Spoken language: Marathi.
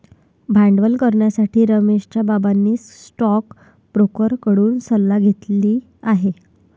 भांडवल करण्यासाठी रमेशच्या बाबांनी स्टोकब्रोकर कडून सल्ला घेतली आहे